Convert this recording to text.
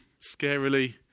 scarily